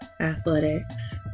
athletics